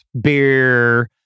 beer